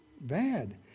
bad